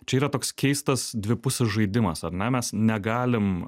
čia yra toks keistas dvipusis žaidimas ar ne mes negalim